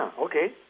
okay